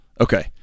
Okay